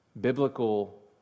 biblical